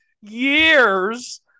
years